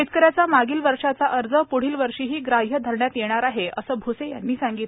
शेतकऱ्याचा मागील वर्षाचा अर्ज प्ढील वर्षाही ग्राह्य धरण्यात येणार आहे असे भ्से यांनी सांगितले